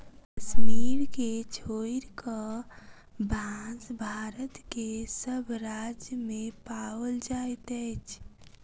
कश्मीर के छोइड़ क, बांस भारत के सभ राज्य मे पाओल जाइत अछि